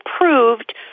approved